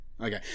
Okay